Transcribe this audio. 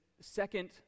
second